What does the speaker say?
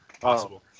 Possible